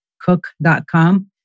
cook.com